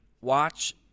watch